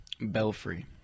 Belfry